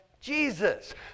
Jesus